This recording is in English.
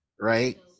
right